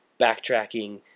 backtracking